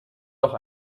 doch